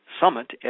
Summit